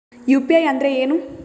UPI ಅಂದ್ರೆ ಏನು?